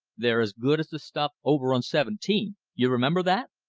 they're as good as the stuff over on seventeen you remember that.